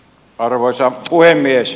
arvoisa puhemies